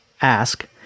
ask